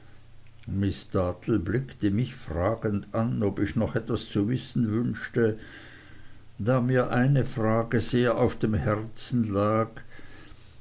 miß dartle blickte mich fragend an ob ich noch etwas zu wissen wünschte da mir eine frage sehr auf dem herzen lag